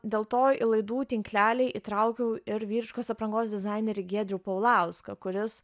dėl to į laidų tinklelį įtraukiau ir vyriškos aprangos dizainerį giedrių paulauską kuris